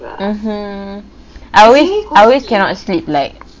mmhmm I always I always cannot sleep like